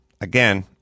again